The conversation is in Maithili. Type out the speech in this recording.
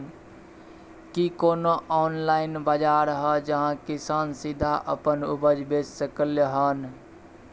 की कोनो ऑनलाइन बाजार हय जहां किसान सीधा अपन उपज बेच सकलय हन?